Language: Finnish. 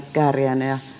kääriäinen ja